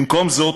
במקום זאת,